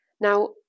Now